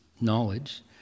knowledge